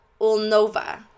ulnova